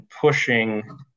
pushing